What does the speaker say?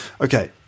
Okay